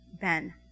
Ben